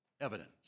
evidence